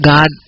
God